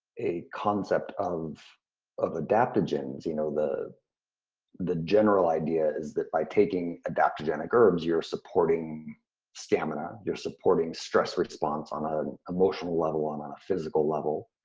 concept of of adaptogens, you know the the general idea is that by taking adaptogenic herbs you're supporting stamina, you're supporting stress response on ah an emotional level, on on a physical level,